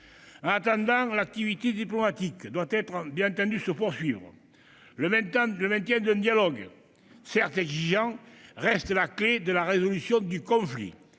convergents. L'activité diplomatique doit, bien entendu, se poursuivre. Le maintien d'un dialogue, certes exigeant, reste la clef de la résolution du conflit.